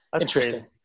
interesting